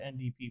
NDP